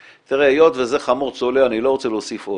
היות שזה חמור צולע, אני לא רוצה להוסיף עוד,